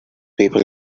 people